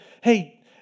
hey